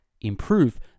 improve